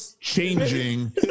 changing